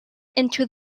into